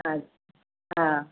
अचु हा